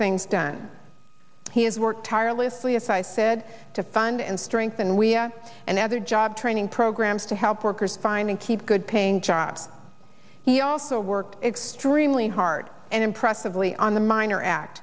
things done he has worked tirelessly as i said to fund and strengthen we have and other job training programs to help workers find and keep good paying jobs he also worked extremely hard and impressively on the miner a